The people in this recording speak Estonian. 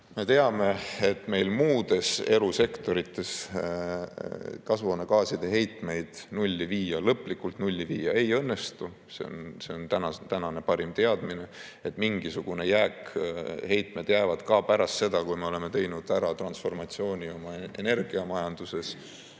Me teame, et meil muudes elusektorites kasvuhoonegaaside heitmeid lõplikult nulli viia ei õnnestu. See on tänane parim teadmine, et mingisugune jääk jääb, mingid heitmed jäävad ka pärast seda, kui me oleme teinud ära transformatsiooni oma energiamajanduses,